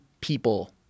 people